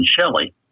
Shelley